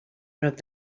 prop